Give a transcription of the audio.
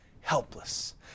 helpless